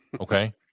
Okay